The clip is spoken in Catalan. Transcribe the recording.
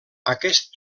aquest